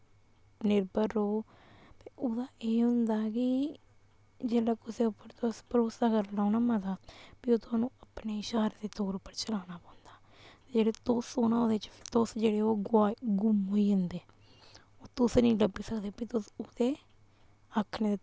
निरभर र'वो ते उ'ऐ एह् होंदा कि जेल्लै कुसै उप्पर तुस भरोसा करना ना मता फ्ही ओह् थुआनू अपने इशारे दे तौर उप्पर चलान पौंदा जेह्ड़े तुस ओ न ओह्दे बिच्च फ्ही तुस जेह्ड़े ओह् गुआची गुम होई जंदे ओह् तुस नी लब्भी सकदे फ्ही तुस ओह्दे आक्खने